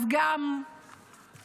אז גם התנגדות,